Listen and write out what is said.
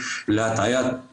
הבעיה של הוותמ"ל?